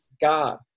God